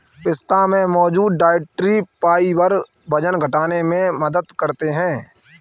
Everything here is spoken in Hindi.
पिस्ता में मौजूद डायट्री फाइबर वजन घटाने में मदद करते है